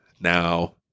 now